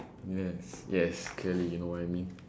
yes yes clearly you know what I mean